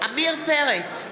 עמיר פרץ,